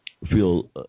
Feel